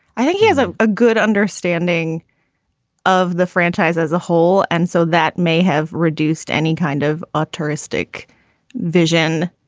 i think he has ah a good understanding of the franchise as a whole. and so that may have reduced any kind of a ah touristic vision.